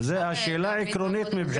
זאת שאלה עקרונית.